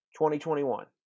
2021